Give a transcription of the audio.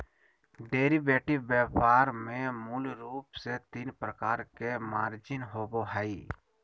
derivative व्यापार में मूल रूप से तीन प्रकार के मार्जिन होबो हइ